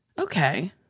Okay